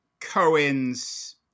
Cohen's